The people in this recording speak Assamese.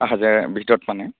হাজাৰ ভিতৰত মানে